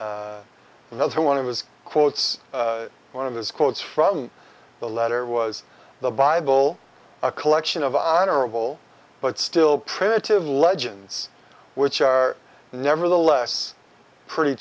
that's one of his quotes one of his quotes from the letter was the bible a collection of honorable but still primitive legends which are nevertheless pretty